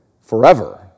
Forever